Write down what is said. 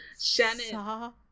Shannon